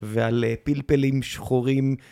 ועל פלפלים שחורים.